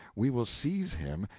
we will seize him,